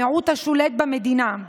המיעוט השולט במדינה.